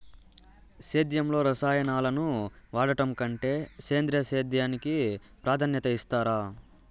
సేద్యంలో రసాయనాలను వాడడం కంటే సేంద్రియ సేద్యానికి ప్రాధాన్యత ఇస్తారు